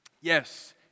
Yes